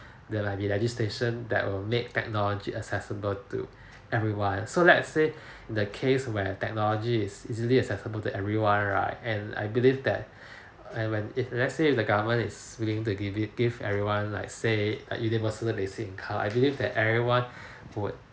there'll like be registration that will make technology accessible to everyone so let's say the case where technology is easily accessible to everyone right and I believe that and when if let's say the government is willing to give it give everyone like say a universal basic income I believe that everyone would